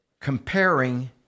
comparing